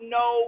no